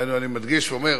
אני מדגיש ואומר,